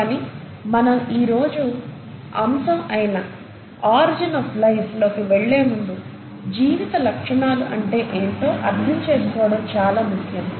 కానీ మనం ఈ రోజు అంశం అయిన ఆరిజిన్ ఆఫ్ లైఫ్ లోకి వెళ్లే ముందు జీవిత లక్షణాలు అంటే ఏంటో అర్థం చేసుకోవడం చాలా ముఖ్యం